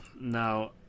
now